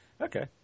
Okay